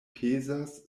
pezas